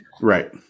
right